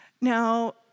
Now